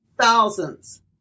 thousands